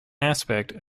aspect